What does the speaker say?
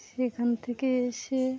সেখান থেকে এসে